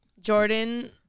Jordan